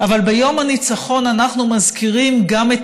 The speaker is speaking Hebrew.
אבל ביום הניצחון אנחנו מזכירים גם את